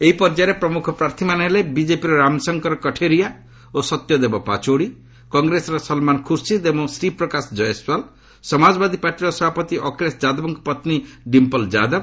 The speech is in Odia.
ଏହି ପର୍ଯ୍ୟାୟରେ ପ୍ରମୁଖ ପ୍ରାର୍ଥୀମାନେ ହେଲେ ବିଜେପିର ରାମଶଙ୍କର କଠେରିଆ ଓ ସତ୍ୟଦେବ ପାଚୌଡ଼ି କଂଗ୍ରେସର ସଲ୍ମାନ ଖୁର୍ସିଦ୍ ଏବଂ ଶ୍ରୀପ୍ରକାଶ ଜୟସ୍କାଲ୍ ସମାଜବାଦୀ ପାର୍ଟିର ସଭାପତି ଅଖିଳେଶ ଯାଦବଙ୍କ ପତ୍ନୀ ଡିମ୍ପଲ୍ ଯାଦବ